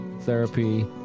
therapy